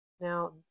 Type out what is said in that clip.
Now